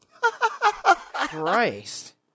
Christ